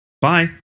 Bye